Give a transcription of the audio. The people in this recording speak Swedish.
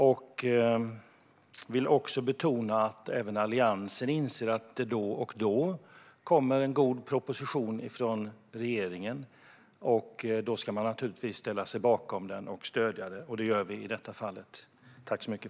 Jag vill också betona att även Alliansen inser att det då och då kommer en god proposition från regeringen. Då ska man naturligtvis ställa sig bakom den och stödja den, och det gör vi i det här fallet.